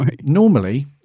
normally